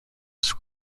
was